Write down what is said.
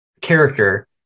character